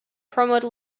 promote